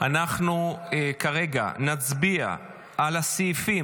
אנחנו נצביע על סעיפים